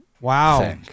wow